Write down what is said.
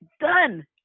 done